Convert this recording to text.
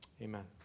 amen